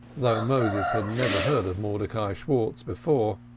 though moses had never heard of mordecai schwartz before.